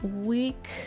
week